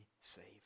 saved